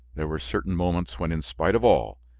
there were certain moments when, in spite of all,